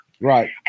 Right